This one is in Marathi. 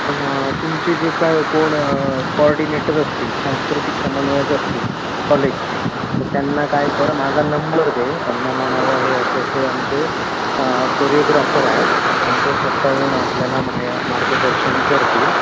पण तुमचे जे काय कोण काॅर्डिनेटर असतील सांस्कृतिक समन्वयक असतील कॉलेजचे तर त्यांना काय कर माझा नंबर दे त्यांना म्हणावं हे असे असे आमचे करिओग्राफर आहेत आणि ते स्वतः येऊन आपल्याला माह्या मार्गदर्शन करतील